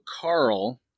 Carl